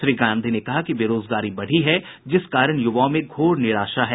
श्री गांधी ने कहा कि बेरोजगारी बढ़ी है जिस कारण युवाओं में घोर निराशा है